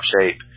shape